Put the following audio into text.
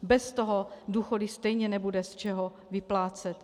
Bez toho důchody stejně nebude z čeho vyplácet.